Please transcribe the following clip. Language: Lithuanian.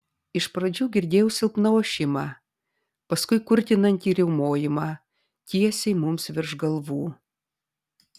iš pradžių girdėjau silpną ošimą paskui kurtinantį riaumojimą tiesiai mums virš galvų